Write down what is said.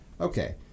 okay